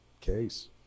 case